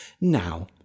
Now